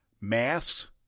masks